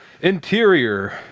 Interior